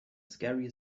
scary